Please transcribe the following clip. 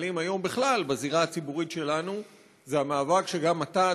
שמתנהלים היום בכלל בזירה הציבורית שלנו זה המאבק שגם אתה,